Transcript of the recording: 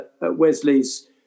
Wesley's